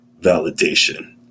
validation